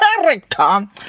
character